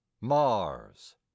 mars